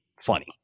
funny